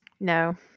No